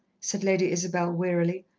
said lady isabel wearily.